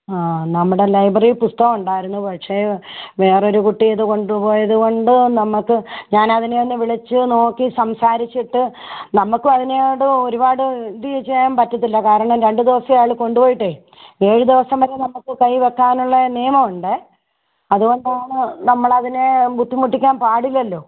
ആ നമ്മുടെ ലൈബ്രറിയിൽ പുസ്തകം ഉണ്ടായിരുന്നു പക്ഷേ വേറൊരു കുട്ടി ഇത് കൊണ്ടുപോയതുകൊണ്ട് നമുക്ക് ഞാൻ അതിനെ ഒന്ന് വിളിച്ച് നോക്കി സംസാരിച്ചിട്ട് നമുക്കും അതിനോട് ഒരുപാട് ഇത് ചെയ്യാൻ പറ്റില്ല കാരണം രണ്ട് ദിവസമേ ആയുള്ളൂ കൊണ്ടുപോയിട്ടേ ഏഴ് ദിവസം വരെ നമുക്ക് കയ്യിൽ വയ്ക്കാനുള്ള നിയമമുണ്ട് അതുകൊണ്ടാണ് നമ്മൾ അതിനെ ബുദ്ധിമുട്ടിക്കാൻ പാടില്ലല്ലോ